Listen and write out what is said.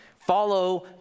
Follow